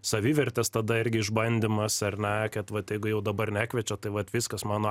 savivertės tada irgi išbandymas ar ne kad vat jeigu jau dabar nekviečia tai vat viskas mano